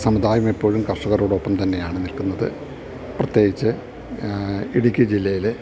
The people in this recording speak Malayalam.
സമുദായം എപ്പോഴും കർഷകരോടൊപ്പം തന്നെയാണ് നിൽക്കുന്നത് പ്രത്യേകിച്ച് ഇടുക്കി ജില്ലയില്